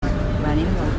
venim